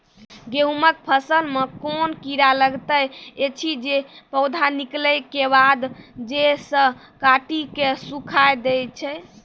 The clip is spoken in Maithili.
गेहूँमक फसल मे कून कीड़ा लागतै ऐछि जे पौधा निकलै केबाद जैर सऽ काटि कऽ सूखे दैति छै?